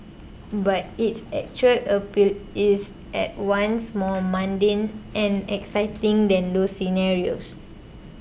but its actual appeal is at once more mundane and exciting than those scenarios